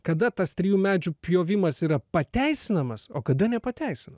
kada tas trijų medžių pjovimas yra pateisinamas o kada nepateisinamas